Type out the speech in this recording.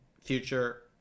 future